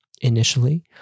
initially